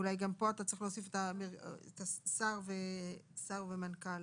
אולי גם פה אתה צריך להוסיף את השר ואת המנכ"ל